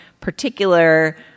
particular